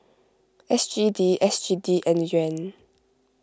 S G D S G D and Yuan